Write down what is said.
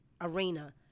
arena